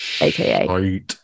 aka